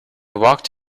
walked